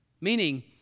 Meaning